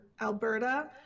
Alberta